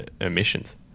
emissions